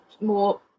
more